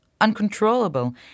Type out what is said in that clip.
uncontrollable